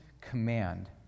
command